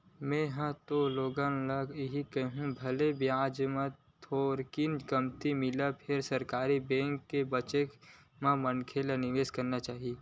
में हा ह तो लोगन ल इही कहिहूँ भले बियाज ह थोरकिन कमती मिलय फेर सरकारी बेंकेच म मनखे ल निवेस करना चाही